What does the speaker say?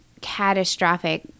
catastrophic